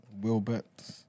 Wilbert